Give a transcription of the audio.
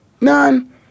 None